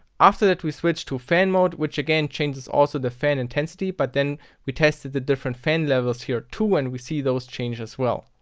after that we switched to fan mode, which again changes also the fan intensity, but then we tested the different fan levels here too and we see those change as well.